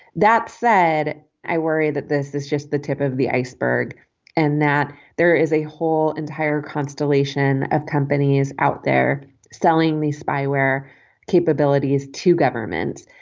that said i worry that this is just the tip of the iceberg and that there is a whole entire constellation of companies out there selling these spyware capabilities to governments.